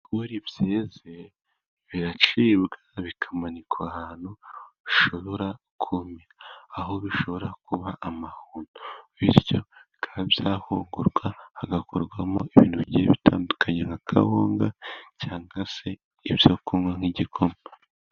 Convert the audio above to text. Ibigori byeze biracibwa bikamanikwa ahantu hashobora kumira, aho bishobora kuba amahundo bityo bikaba byahungurwa hagakorwamo ibintu bigiye bitandukanye nka kawunga cyangwa se ibyo kunywa nk'igikoma.